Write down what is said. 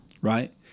right